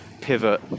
pivot